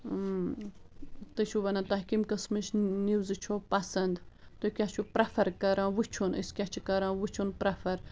تُہۍ چھُو وَنان توہہِ کَمہِ قٕسمٕچ نِوزٕ چھو پسند تُہۍ کیٛاہ چھُو پرٛٮ۪فر کَران وٕچھُن أسۍ کیٛاہ چھِ کَران وٕچھُن پرٛٮ۪فر